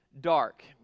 dark